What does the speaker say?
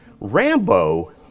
Rambo